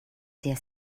der